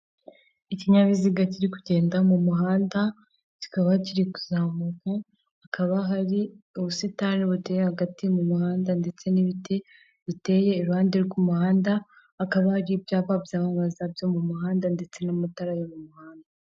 Ikinyabiziga kiri kugenda mu muhanda, kikaba kiri kuzamuka, hakaba hari ubusitani buteye hagati mu muhanda ndetse n'ibitit biteye iruhande rw'umuhanda hakaba hari ibyapa byamamaza byo mu muhanda ndetse n'amatara yo mu muhanda.